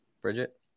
Bridget